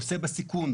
נושא בסיכון.